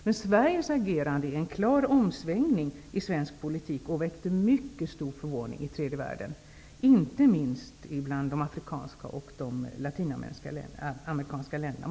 Men Sveriges agerande är en klar omsvängning i svensk politik och väckte mycket stor förvåning i tredje världen, inte minst bland de afrikanska och de latinamerikanska länderna.